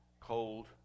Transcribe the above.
cold